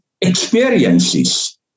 experiences